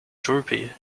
droopy